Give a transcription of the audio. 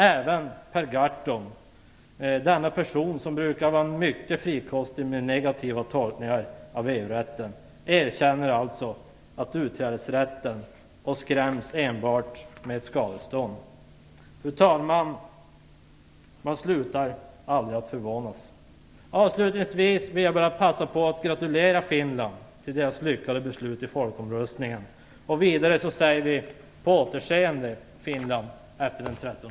Även Per Gahrton, denna person som brukar vara mycket frikostig med negativa tolkningar av EU rätten, erkänner alltså utträdesrätten och skräms enbart med ett skadestånd. Fru talman! Man slutar aldrig att förvånas. Avslutningsvis vill jag bara passa på att gratulera Finland till dess lyckade resultat i folkomröstningen. Vidare säger vi: På återseende, Finland, efter den 13